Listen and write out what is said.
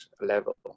level